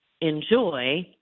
enjoy